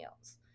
else